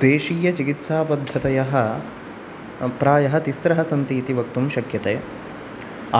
देशीयचिकित्सापद्धतयः प्रायः तिस्रः सन्ति इति वक्तुं शक्यते